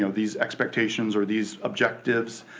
you know these expectations or these objectives.